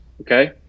Okay